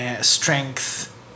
strength